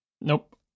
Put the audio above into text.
Nope